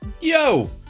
Yo